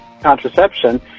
contraception